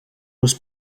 was